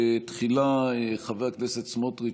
תחילה חבר הכנסת סמוטריץ',